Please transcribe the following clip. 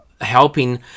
helping